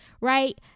Right